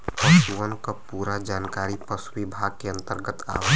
पसुअन क पूरा जानकारी पसु विभाग के अन्दर आवला